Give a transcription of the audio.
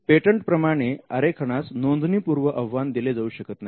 patent प्रमाणे आरेखनास नोंदणीपूर्व आव्हान दिले जाऊ शकत नाही